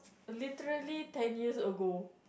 literally ten years ago